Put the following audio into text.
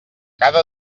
cada